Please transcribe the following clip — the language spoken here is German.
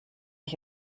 ich